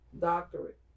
Doctorate